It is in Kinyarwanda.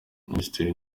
minisitiri